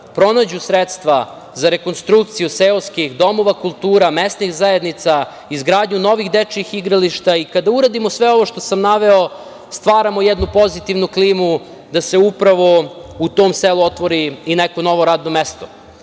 pronađu sredstva za rekonstrukciju seoskih domova kultura, mesnih zajednica, izgradnju novih dečijih igrališta i kada uradimo sve ovo što sam naveo stvaramo jednu pozitivnu klimu da se upravo u tom selu otvori i neko novo radno mesto. Koliko